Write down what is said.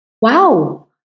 Wow